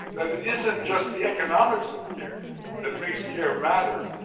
it isn't just the economics of care that makes care matter.